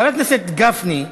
חבר הכנסת גפני,